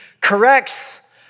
corrects